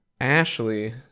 ashley